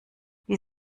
wie